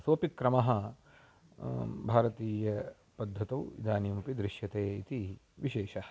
सोपि क्रमः भारतीयपद्धतौ इदानीमपि दृश्यते इति विशेषः